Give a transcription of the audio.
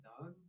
dog